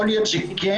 יכול להיות שכן,